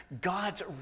God's